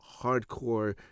hardcore